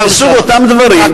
זה מסוג אותם דברים,